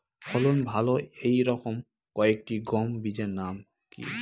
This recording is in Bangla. ফলন ভালো এই রকম কয়েকটি গম বীজের নাম কি?